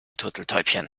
turteltäubchen